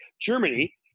Germany